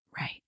Right